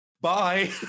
Bye